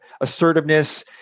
assertiveness